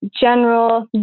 general